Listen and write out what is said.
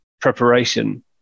preparation